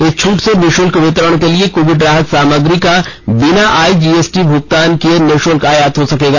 इस छूट से निशुल्क वितरण के लिए कोविड राहत सामग्री का बिना आई जीएसटी भुगतान के निशुल्क आयात हो सकेगा